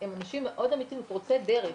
אלה תוצרים שהם עושים כתוצאה מהעבודה שלהם